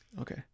Okay